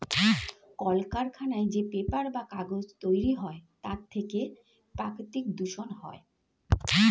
কলকারখানায় যে পেপার বা কাগজ তৈরি হয় তার থেকে প্রাকৃতিক দূষণ হয়